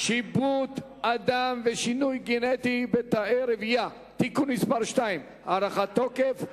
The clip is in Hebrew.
(שיבוט אדם ושינוי גנטי בתאי רבייה) (תיקון מס' 2) (הארכת תוקף),